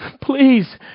please